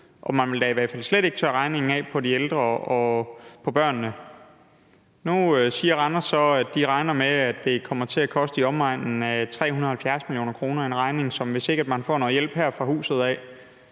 Man ville da i hvert fald slet ikke tørre regningen af på de ældre og børnene. Nu siger Randers så, at de regner med, at det kommer til at koste i omegnen af 370 mio. kr. – en regning, som, hvis ikke man får lidt hjælp fra huset her,